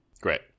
Great